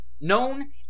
known